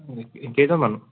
কেইজন মানুহ